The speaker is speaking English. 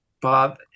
Bob